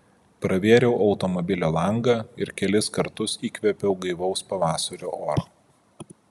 pravėriau automobilio langą ir kelis kartus įkvėpiau gaivaus pavasario oro